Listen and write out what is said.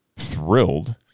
thrilled